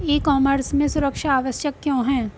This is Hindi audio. ई कॉमर्स में सुरक्षा आवश्यक क्यों है?